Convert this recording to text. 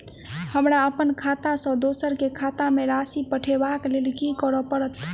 हमरा अप्पन खाता सँ दोसर केँ खाता मे राशि पठेवाक लेल की करऽ पड़त?